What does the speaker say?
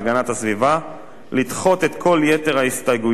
לדחות את כל יתר ההסתייגויות ולקבל